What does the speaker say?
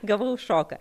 gavau šoką